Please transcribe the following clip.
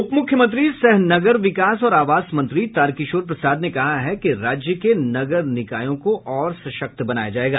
उप मुख्यमंत्री सह नगर विकास और आवास मंत्री तारकिशोर प्रसाद ने कहा है कि राज्य के नगर निकायों को और सशक्त बनाया जायेगा